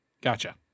Gotcha